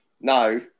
no